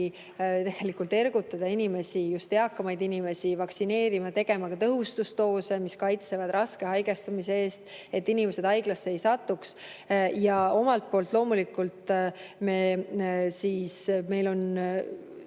Ikkagi ergutada inimesi, just eakamaid inimesi, vaktsineerima, tegema ka tõhustusdoose, mis kaitsevad raske haigestumise eest, et inimesed haiglasse ei satuks. Omalt poolt, loomulikult, meil on